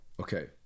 Okay